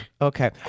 Okay